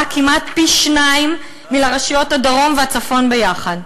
כמעט פי-שניים מלרשויות הדרום הצפון ביחד.